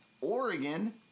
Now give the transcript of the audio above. Oregon